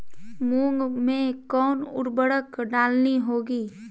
मूंग में कौन उर्वरक डालनी होगी?